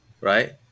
right